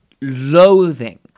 loathing